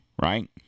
right